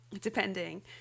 depending